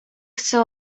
chce